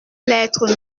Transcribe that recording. lettre